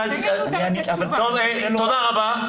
תודה רבה.